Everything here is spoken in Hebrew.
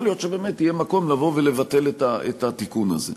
יכול להיות שבאמת יהיה מקום לבטל את התיקון הזה.